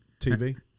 TV